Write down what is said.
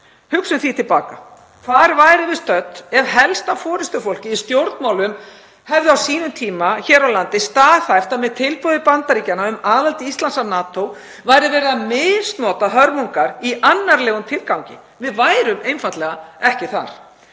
Hugsum því til baka: Hvar værum við stödd ef helsta forystufólkið í stjórnmálum hefði á sínum tíma hér á landi staðhæft að með tilboði Bandaríkjanna um aðild Íslands að NATO væri verið að misnota hörmungar í annarlegum tilgangi? Við værum einfaldlega ekki þar.